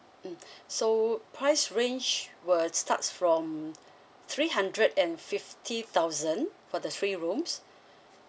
mm so price range will starts from three hundred and fifty thousand for the three rooms